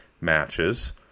matches